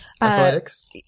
Athletics